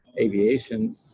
aviation